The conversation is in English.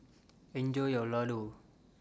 Enjoy your Ladoo